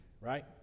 right